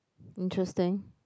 interesting